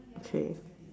okay